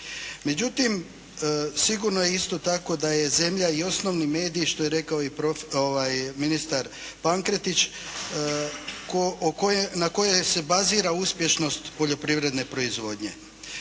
Međutim, sigurno je isto tako, da je zemlja i osnovni medij što je rekao i ministar Pankretić na kojoj se bazira uspješnost poljoprivredne proizvodnje.